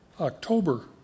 October